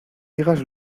digas